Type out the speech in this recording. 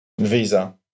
Visa